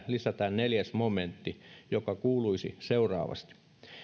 lisätään neljäs momentti joka kuuluisi seuraavasti